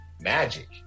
magic